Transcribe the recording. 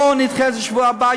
בואו נדחה את זה לשבוע הבא,